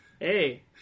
Hey